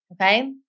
Okay